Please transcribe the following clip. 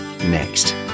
next